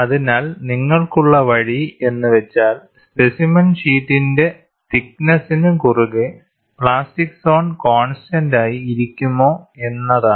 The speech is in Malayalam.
അതിനാൽ നിങ്ങൾക്കുള്ള വഴി എന്നു വെച്ചാൽ സ്പെസിമെൻ ഷീറ്റിന്റെ തിക്നെസിനു കുറുകെ പ്ലാസ്റ്റിക് സോൺ കോൺസ്റ്റന്റ് ആയി ഇരിക്കുമോ എന്നതാണ്